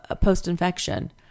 post-infection